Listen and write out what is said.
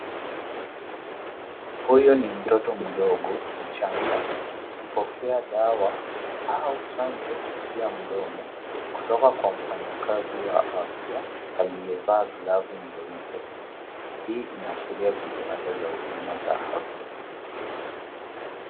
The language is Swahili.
Huyu ni mtoto mdogo mchanga akipokea dawa au chanjo kupitia mdomo kutoka kwa mfanyakazi wa afya aliyevaa glovu nyeupe. Hii inaashiria jitihada za huduma za afya.